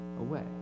away